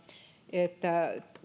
että